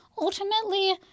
Ultimately